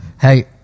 Hey